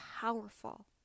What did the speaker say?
powerful